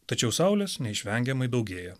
tačiau saulės neišvengiamai daugėja